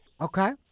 Okay